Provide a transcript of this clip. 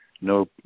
no